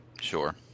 Sure